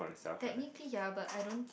technically yeah but I don't